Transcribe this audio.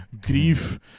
grief